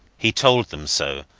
he told them so,